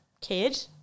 kid